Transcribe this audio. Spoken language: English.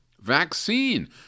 Vaccine